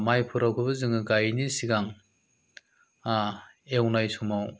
मायफोरावबो जोङो गायैनि सिगां एवनाय समाव